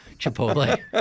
Chipotle